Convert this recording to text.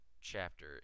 chapter